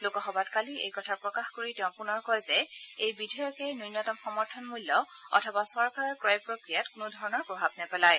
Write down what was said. লোকসভাত কালি এই কথা প্ৰকাশ কৰি তেওঁ পুনৰ কয় যে এই বিধেয়কে ন্যনতম সমৰ্থন মূল্য অথবা চৰকাৰৰ ক্ৰয় প্ৰক্ৰিয়াত কোনো ধৰণৰ প্ৰভাৱ নেপেলায়